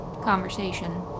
conversation